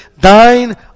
thine